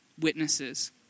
witnesses